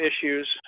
issues